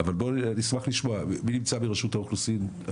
נשמח לשמוע מי נמצא מרשות האוכלוסין?